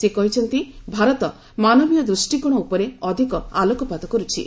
ସେ କହିଛନ୍ତି ଭାରତ ମାନବିୟ ଦୃଷ୍ଟିକୋଶ ଉପରେ ଅଧିକ ଆଲୋକପାତ କର୍ତ୍ଥି